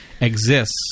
exists